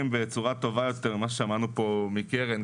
בצורה טובה יותר מכפי ששמעתי כאן מקרן,